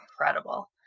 Incredible